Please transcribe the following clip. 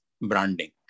branding